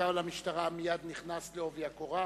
ומפכ"ל המשטרה מייד נכנס בעובי הקורה.